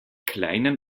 kleinen